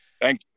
Thank